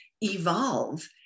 evolve